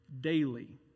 daily